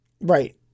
Right